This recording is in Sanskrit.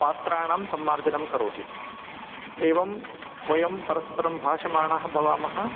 पात्राणां सम्मार्जनं करोति एवं वयं परस्परं भाषमाणः भवामः